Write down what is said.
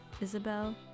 Isabel